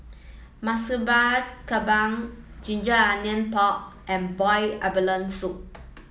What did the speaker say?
Murtabak Kambing Ginger Onions Pork and Boiled Abalone Soup